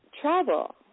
travel